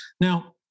Now